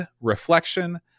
Reflection